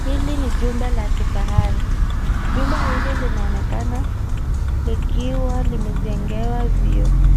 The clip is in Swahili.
Hili ni jumba la kifahari. Jumba hili linaonekana likiwa limejengewa vioo.